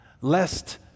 Lest